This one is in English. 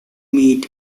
meet